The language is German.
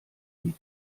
lied